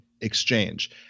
exchange